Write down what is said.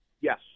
Yes